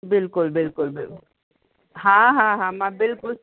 बिल्कुलु बिल्कुलु बिल्कुलु हा हा हा मां बिल्कुलु